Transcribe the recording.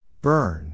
Burn